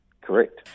Correct